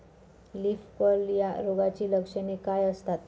Leaf curl या रोगाची लक्षणे काय असतात?